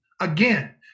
Again